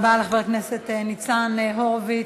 תודה רבה לחבר הכנסת ניצן הורוביץ.